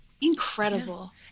Incredible